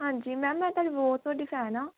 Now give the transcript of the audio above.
ਹਾਂਜੀ ਮੈਮ ਮੈਂ ਤੁਹਾਡੀ ਬਹੁਤ ਵੱਡੀ ਫੈਨ ਹਾਂ